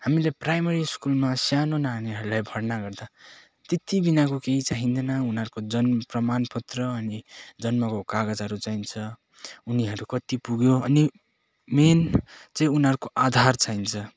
हामीले प्राइमेरी स्कुलमा सानो नानीहरूलाई भर्ना गर्दा त्यति बिनाको केही चाहिँदैन उनीहरूको जन्म प्रमाण पत्र अनि जन्मेको कागजहरू चाहिन्छ उनीहरू कत्ति पुग्यो अनि मेन चाहिँ उनीहरूको आधार चाहिन्छ